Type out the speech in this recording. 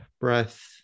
breath